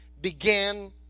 began